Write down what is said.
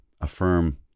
affirm